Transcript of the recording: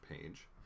page